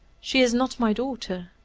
she is not my daughter,